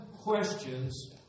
questions